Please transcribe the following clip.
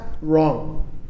wrong